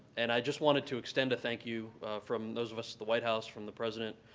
and i just wanted to extend a thank you, from those of us at the white house, from the president,